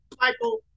michael